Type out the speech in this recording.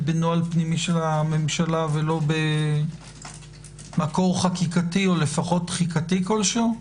בנוהל פנימי של הממשלה ולא במקור חקיקתי או לפחות דחיקתי כלשהו,